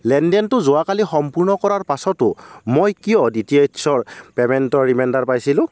লেনদেনটো যোৱাকালি সম্পূৰ্ণ কৰাৰ পাছতো মই কিয় ডি টি এইচ ৰ পে'মেণ্টৰ ৰিমাইণ্ডাৰ পাইছিলো